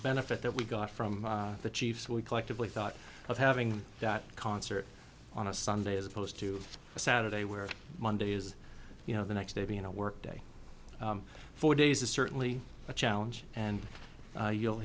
benefit that we got from the chiefs we collectively thought of having that concert on a sunday as opposed to a saturday where monday is you know the next day being a work day for days is certainly a challenge and you'll